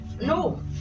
No